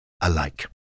alike